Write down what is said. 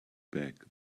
back